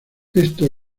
esto